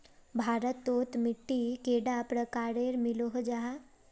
भारत तोत मिट्टी कैडा प्रकारेर मिलोहो जाहा?